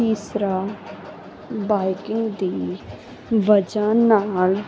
ਤੀਸਰਾ ਬਾਈਕਿੰਗ ਦੀ ਵਜ੍ਹਾ ਨਾਲ